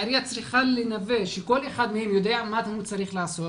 העירייה צריכה לנבא שכל אחד מהם יודע מה הוא צריך לעשות,